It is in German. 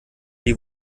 die